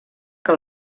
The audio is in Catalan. que